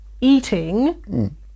eating